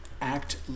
act